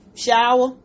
shower